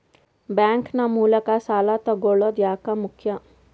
Bank ನ ಮೂಲಕ ಸಾಲ ತಗೊಳ್ಳೋದು ಯಾಕ ಮುಖ್ಯ?